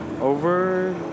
over